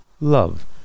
love